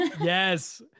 Yes